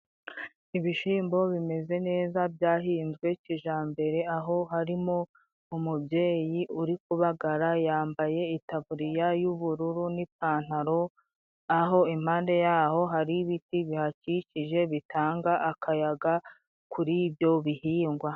Ibishimbo bimeze neza byahinzwe kijambere aho harimo umubyeyi uri kubagara yambaye itaburiya y'ubururu n'ipantaro, aho impande yaho hari ibiti bihakikije bitanga akayaga kuri ibyo bihingwa.